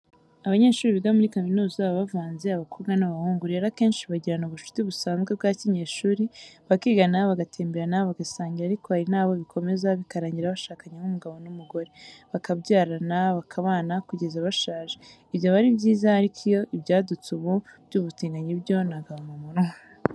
Abanyeshuri biga muri kaminuza, baba bavanze abakobwa n'abahungu, rero akenshi bagirana ubucuti busanzwe bwa kinyeshuri, bakigana, bagatemberana, bagasangira, ariko hari n'abo bikomeza bikarangira bashakanye nk'umugabo n'umugore, bakabyarana, bakabana kugeza bashaje, ibyo aba ari byiza, ariko ibyadutse ubu by'ubutinganyi byo ni agahomamunwa.